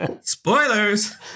Spoilers